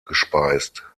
gespeist